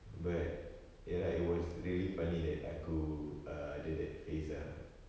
but ya lah it was really funny that aku err ada that phase ah